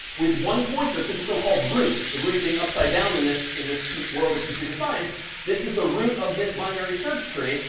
with one pointer to the so-called root the root being upside down in this in this world of computer science this is the root of this binary search tree,